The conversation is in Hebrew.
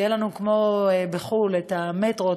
שיהיו לנו כמו בחו"ל המטרו,